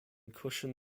cushion